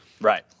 right